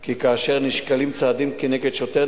כי כאשר נשקלים צעדים כנגד שוטר,